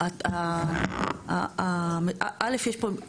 א', יש פה, סליחה.